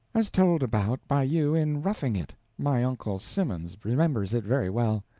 as told about by you in roughing it my uncle simmons remembers it very well.